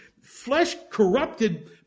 flesh-corrupted